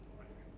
um